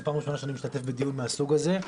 פעם ראשונה שאני משתתף בדיון מהסוג הזה.